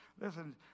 Listen